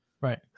right